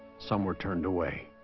some were turned away